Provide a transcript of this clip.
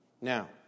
Now